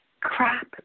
crap